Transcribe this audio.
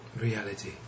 Reality